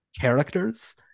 characters